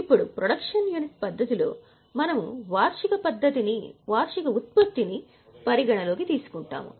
ఇప్పుడు production unit పద్ధతిలో మనము వార్షిక ఉత్పత్తిని పరిగణలోకి తీసుకుంటాము